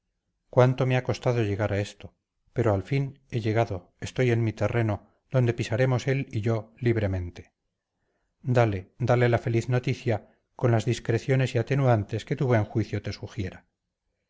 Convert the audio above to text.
cuánto me ha costado llegar a esto pero al fin he llegado estoy en mi terreno donde pisaremos él y yo libremente dale dale la feliz noticia con las discreciones y atenuantes que tu buen juicio te sugiera